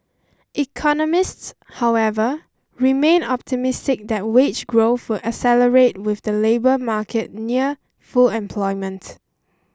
economists however remain optimistic that wage growth will accelerate with the labour market near full employment